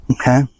Okay